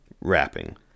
wrapping